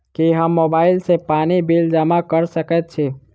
की हम मोबाइल सँ पानि बिल जमा कऽ सकैत छी?